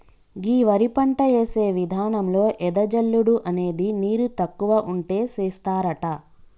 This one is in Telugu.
గీ వరి పంట యేసే విధానంలో ఎద జల్లుడు అనేది నీరు తక్కువ ఉంటే సేస్తారట